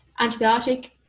antibiotic